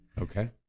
Okay